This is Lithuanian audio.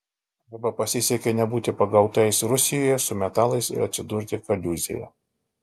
arba pasisekė nebūti pagautais rusijoje su metalais ir atsidurti kaliūzėje